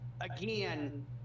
again